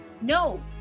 no